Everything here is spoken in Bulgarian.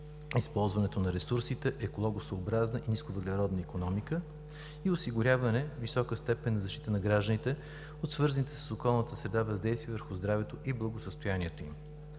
използването на ресурсите екологосъобразна, нисковъглеродна икономика; осигуряване на висока степен на защита на гражданите от свързаните с околната среда въздействия върху здравето и благосъстоянието им.